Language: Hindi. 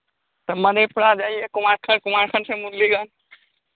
तो मनिपुरा जाइए कुमारखंड कुमारखंड से मुरलीगंज